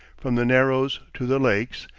from the narrows to the lakes,